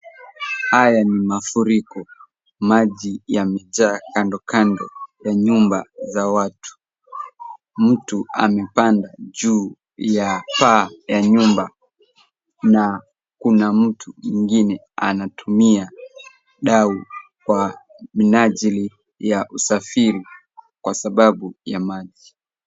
Haya ni mafuriko. Maji yamejaa kandokando ya nyumba za watu. Mtu amepanda juu ya paa ya nyumba na kuna mtu mwingine anatumia dau kwa minajili ya usafiri kwa sababu ya maji.